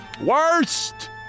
worst